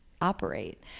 operate